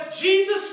Jesus